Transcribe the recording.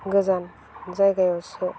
गोजान जायगायावसो